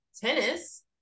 tennis